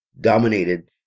dominated